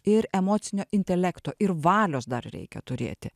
ir emocinio intelekto ir valios dar reikia turėti